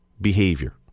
behavior